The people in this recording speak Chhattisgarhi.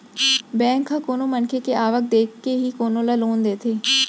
बेंक ह कोनो मनखे के आवक देखके ही कोनो ल लोन देथे